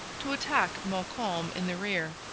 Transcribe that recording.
to attack montcalm in the rear.